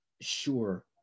sure